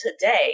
today